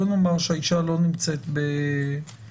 בוא נאמר שהאישה לא נמצאת במקלט,